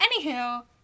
Anywho